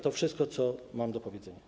To wszystko, co mam do powiedzenia.